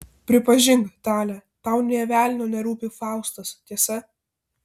prisipažink tale tau nė velnio nerūpi faustas tiesa